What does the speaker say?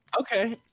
Okay